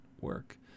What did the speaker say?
work